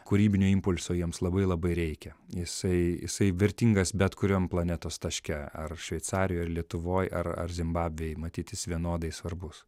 kūrybinio impulso jiems labai labai reikia jisai jisai vertingas bet kuriom planetos taške ar šveicarijoj ar lietuvoj ar ar zimbabvėj matyt jis vienodai svarbus